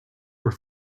were